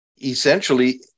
essentially